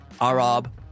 Arab